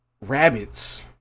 Rabbits